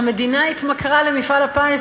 המדינה התמכרה למפעל הפיס,